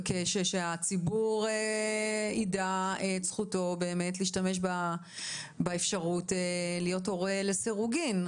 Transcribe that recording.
שהציבור יידע את זכותו באמת להשתמש באפשרות להיות הורה לסירוגין.